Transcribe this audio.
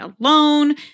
alone